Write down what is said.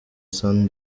san